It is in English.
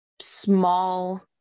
small